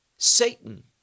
Satan